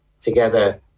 together